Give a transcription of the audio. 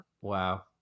Wow